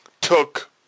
took